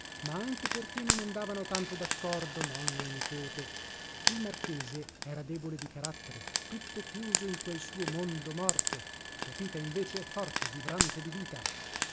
ma anche perché non andavano tanto daccordo nonno e nipote il marchese era debole di carattere tutto chiuso in quel suo mondo morto pepita invece forte vibrante di vita